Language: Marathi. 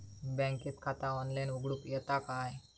बँकेत खाता ऑनलाइन उघडूक येता काय?